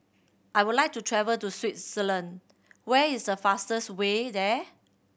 I would like to travel to Swaziland where is a fastest way there